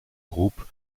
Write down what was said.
groupe